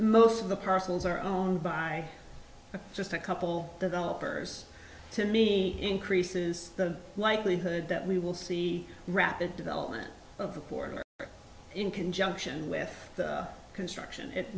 most of the parcels are owned by just a couple developers to me increases the likelihood that we will see rapid development of the border in conjunction with construction it